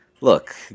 look